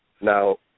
Now